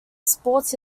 sports